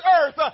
earth